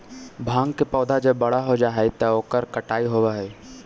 भाँग के पौधा जब बड़ा हो जा हई त ओकर कटाई होवऽ हई